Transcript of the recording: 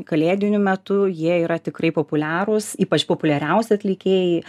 kalėdiniu metu jie yra tikrai populiarūs ypač populiariausi atlikėjai